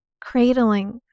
cradling